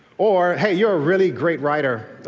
or hey, you're a really great writer,